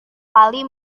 kali